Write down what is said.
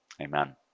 Amen